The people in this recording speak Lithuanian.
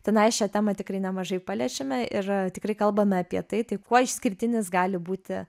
tenai šią temą tikrai nemažai paliečiame ir tikrai kalbame apie tai tai kuo išskirtinis gali būti